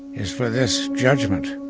is for this judgment.